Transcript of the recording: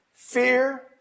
Fear